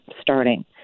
starting